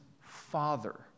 Father